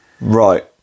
Right